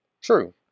True